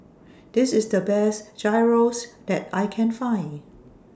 This IS The Best Gyros that I Can Find